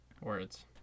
words